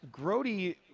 Grody